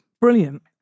Brilliant